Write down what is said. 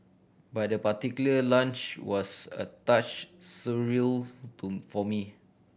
but that particular lunch was a touch surreal to for me